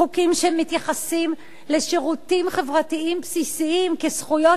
חוקים שמתייחסים לשירותים חברתיים בסיסיים כזכויות